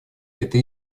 это